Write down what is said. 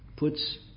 puts